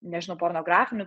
nežinau pornografinių